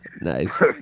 Nice